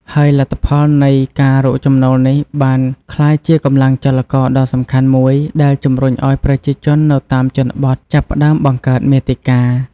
ហើយលទ្ធភាពនៃការរកចំណូលនេះបានក្លាយជាកម្លាំងចលករដ៏សំខាន់មួយ ដែលជំរុញឲ្យប្រជាជននៅតាមជនបទចាប់ផ្តើមបង្កើតមាតិកា។